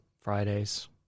Fridays